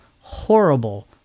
horrible